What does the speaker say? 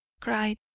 cried